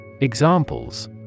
Examples